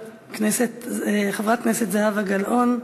חברת הכנסת זהבה גלאון,